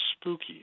spooky